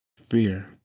Fear